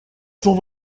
cent